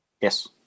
Yes